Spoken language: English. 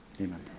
amen